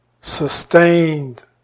sustained